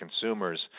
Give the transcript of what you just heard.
consumers